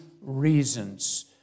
reasons